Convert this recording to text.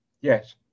Yes